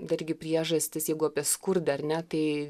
dargi priežastys jeigu apie skurdą ar ne tai